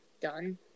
done